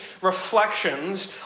reflections